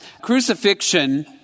Crucifixion